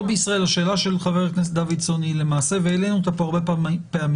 השאלה של חבר הכנסת דוידסון היא למעשה והעלינו אותה פה הרבה פעמים